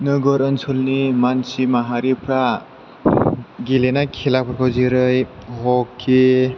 नोगोर ओनसोलनि मानसि माहारिफ्रा गेलेनाय खेलाफोरखौ जेरै हकि